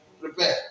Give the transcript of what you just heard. Prepare